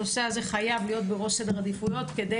הנושא הזה חייב להיות בראש סדר העדיפויות כדי